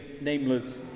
nameless